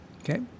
Okay